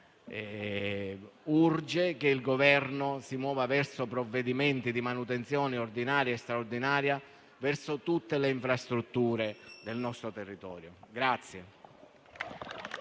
Urge che il Governo adotti provvedimenti di manutenzione ordinaria e straordinaria per tutte le infrastrutture del nostro territorio.